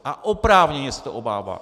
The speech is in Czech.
A oprávněně se ho obává.